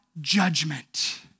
judgment